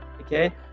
okay